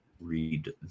read